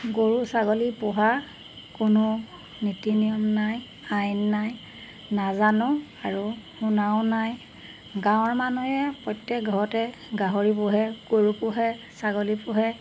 গৰু ছাগলী পোহা কোনো নীতি নিয়ম নাই আইন নাই নাজানো আৰু শুনাও নাই গাঁৱৰ মানুহে প্ৰত্যেক ঘৰতে গাহৰি পোহে গৰু পোহে ছাগলী পোহে